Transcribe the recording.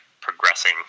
progressing